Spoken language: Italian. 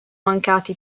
mancati